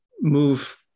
move